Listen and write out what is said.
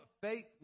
faith